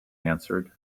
answered